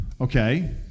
okay